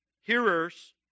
hearers